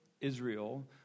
Israel